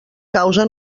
causa